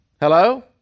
hello